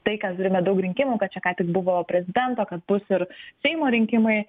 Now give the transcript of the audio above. tai kad turime daug rinkimų kad čia ką tik buvo prezidento kad bus ir seimo rinkimai